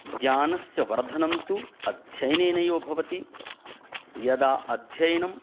ज्ञानस्य वर्धनन्तु अध्ययनेनैव भवति यदा अध्ययनं